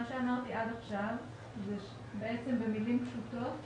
מה שאמרתי עד עכשיו, במילים פשוטות,